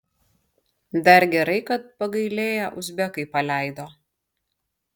dar gerai kad pagailėję uzbekai paleido